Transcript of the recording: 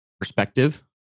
perspective